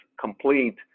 complete